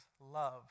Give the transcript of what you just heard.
love